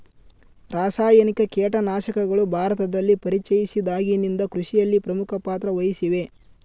ರಾಸಾಯನಿಕ ಕೇಟನಾಶಕಗಳು ಭಾರತದಲ್ಲಿ ಪರಿಚಯಿಸಿದಾಗಿನಿಂದ ಕೃಷಿಯಲ್ಲಿ ಪ್ರಮುಖ ಪಾತ್ರ ವಹಿಸಿವೆ